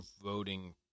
voting